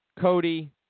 Cody